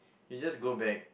you just go back